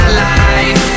life